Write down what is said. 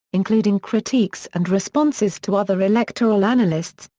including critiques and responses to other electoral analysts,